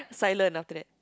silence after that